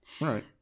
right